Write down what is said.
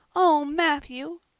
oh, matthew!